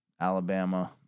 Alabama